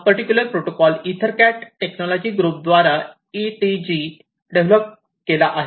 हा particular protocol EtherCAT technology group द्वारे ETG develop केला गेला